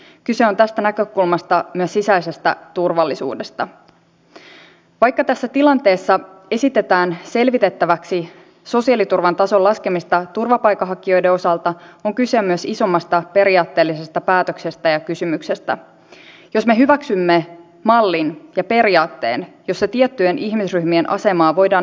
onko tosiaan niin että eduskuntavaaleihin pitää laittaa ikäraja että vain alle kolmekymppiset saavat asettua ehdolle vaaleissa kun tuntuu että nämä rakenteet ovat niin jäykkiä koko tämä ajatusmaailma jossa me elämme on niin menneessä maailmassa tällä hetkellä että se on lähes pelottavaa